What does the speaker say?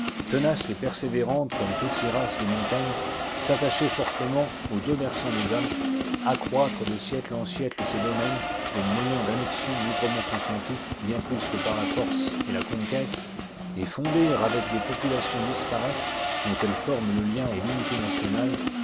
tenace et persévérante comme toutes les races de digitized by google montagnes s'attacher fortement aux deux versants des alpes accroître de siècle en siècle ses domaines au moyen d'annexions librement consenties bien plus que par la force et la conquête et fonder avec des populations disparates dont elle forme le lien et l'unité nationale